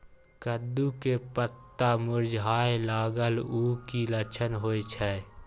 कद्दू के पत्ता मुरझाय लागल उ कि लक्षण होय छै?